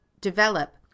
develop